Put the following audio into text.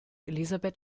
elisabeth